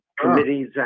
committee's